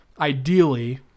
ideally